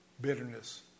bitterness